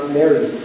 married